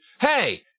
Hey